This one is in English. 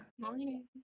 morning